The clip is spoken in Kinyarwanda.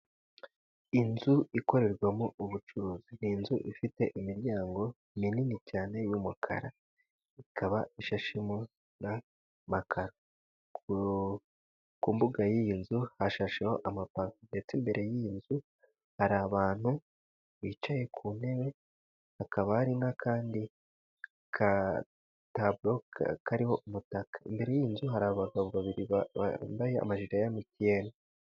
Inzu ikorerwamo ubucuruzi ni inzu ifite imiryango minini cyane y’umukara, ikaba ishashemo n’amakaro. Ku mbuga y’iyi nzu hashasheho amapave, ndetse imbere y’iyi nzu hari abantu bicaye ku ntebe, hakaba hari n’akandi gataburo kariho umutaka. Imbere y’iyo nzu hari abagabo babiri bambaye amajire ya emutiyeni.